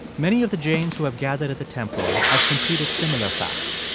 many of the jains who have gathered at the temple have completed similar fasts.